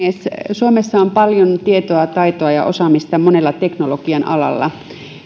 suomessa on paljon tietoa taitoa ja osaamista monella teknologian alalla